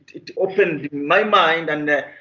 it opened my mind. and,